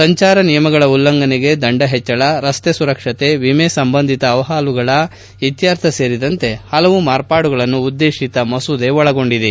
ಸಂಚಾರ ನಿಯಮಗಳ ಉಲ್ಲಂಘನೆಗೆ ದಂಡ ಹೆಚ್ಚಳ ರಸ್ತೆ ಸುರಕ್ಷತೆ ವಿಮೆ ಸಂಬಂಧಿತ ಅಹವಾಲುಗಳ ಇತ್ಯರ್ಥ ಸೇರಿದಂತೆ ಹಲವು ಮಾರ್ಪಾಡುಗಳನ್ನು ಉದ್ವೇಶಿತ ಮಸೂದೆ ಒಳಗೊಂಡಿದೆ